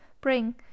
Bring